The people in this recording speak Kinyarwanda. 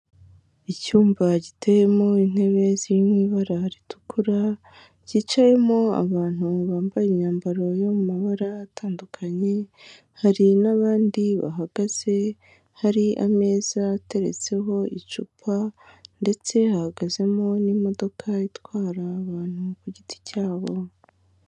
Icyumba giteyemo intebe ziririmo ibara ritukura cyicayemo abantu bambaye imyambaro yo mu mabara atandukanye hari n'abandi bahagaze hari ameza ateretseho icupa ndetse hahagazemo n'imodoka itwara abantu ku giti cyabo.